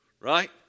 Right